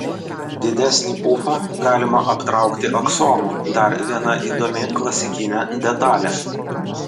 didesnį pufą galima aptraukti aksomu dar viena įdomi klasikinė detalė